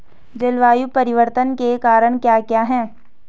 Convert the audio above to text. जलवायु परिवर्तन के कारण क्या क्या हैं?